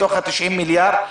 מתוך ה-90 מיליארד שקל,